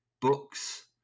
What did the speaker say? books